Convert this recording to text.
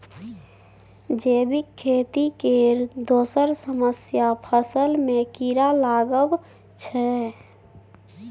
जैबिक खेती केर दोसर समस्या फसल मे कीरा लागब छै